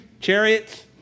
chariots